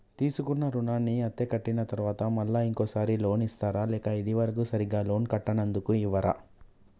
తీసుకున్న రుణాన్ని అత్తే కట్టిన తరువాత మళ్ళా ఇంకో సారి లోన్ ఇస్తారా లేక ఇది వరకు సరిగ్గా లోన్ కట్టనందుకు ఇవ్వరా?